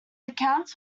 accounts